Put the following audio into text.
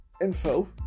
Info